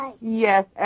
Yes